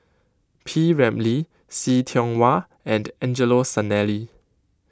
P Ramlee See Tiong Wah and Angelo Sanelli